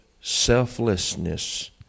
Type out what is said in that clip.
selflessness